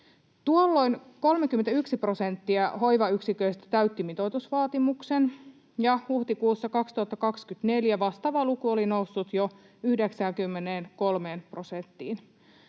Tuolloin 31 prosenttia hoivayksiköistä täytti mitoitusvaatimuksen, ja huhtikuussa 2024 vastaava luku oli noussut jo 93 prosenttiin.